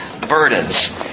burdens